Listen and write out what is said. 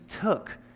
took